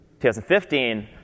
2015